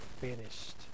finished